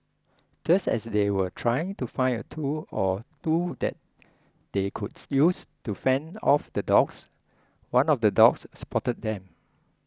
just as they were trying to find a tool or two that they could use to fend off the dogs one of the dogs spotted them